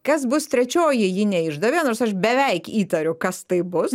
kas bus trečioji ji neišdavė nors aš beveik įtariu kas tai bus